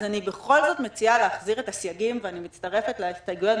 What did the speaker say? אני בכל זאת מציעה להחזיר את הסייגים ואני מצטרפת להסתייגויות.